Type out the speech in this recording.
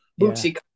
Bootsy